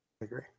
agree